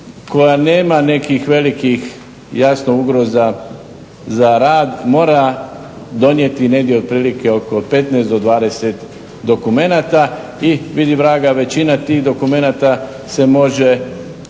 koja nema nekih velikih jasno ugroza za rad, mora donijeti negdje otprilike oko 15 do 20 dokumenata i vidi vraga, većina tih dokumenata se može